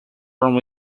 from